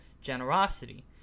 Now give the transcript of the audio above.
generosity